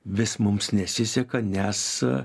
vis mums nesiseka nes